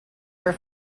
her